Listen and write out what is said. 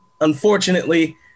unfortunately